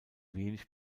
wenig